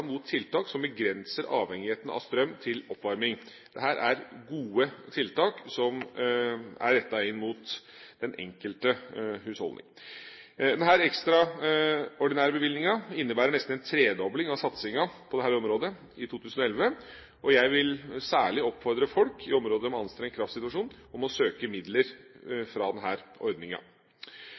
mot tiltak som begrenser avhengigheten av strøm til oppvarming. Dette er gode tiltak som er rettet inn mot den enkelte husholdning. Denne ekstraordinære bevilgningen innebærer nesten en tredobling av satsingen på dette området i 2011. Jeg vil særlig oppfordre folk i områder med en anstrengt kraftsituasjon om å søke om midler fra